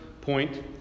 point